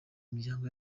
imiryango